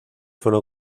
fueron